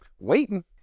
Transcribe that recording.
waiting